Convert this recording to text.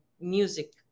music